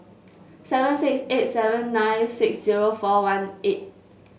seven six eight seven nine six zero four one eight